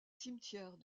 cimetière